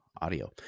Audio